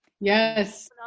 Yes